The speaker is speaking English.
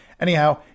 Anyhow